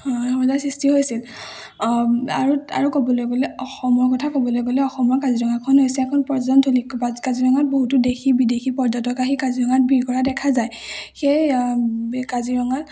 সমস্যাৰ সৃষ্টি হৈছিল আৰু আৰু ক'বলৈ গ'লে অসমৰ কথা ক'বলৈ গ'লে অসমৰ কাজিৰঙাখন হৈছে এখন পৰ্যটন থলী বা কাজিৰঙাত বহুতো দেশী বিদেশী পৰ্যটক আহি কাজিৰঙাত ভীৰ কৰা দেখা যায় সেয়ে কাজিৰঙাত